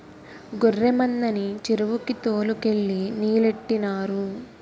గొర్రె మందని చెరువుకి తోలు కెళ్ళి నీలెట్టినారు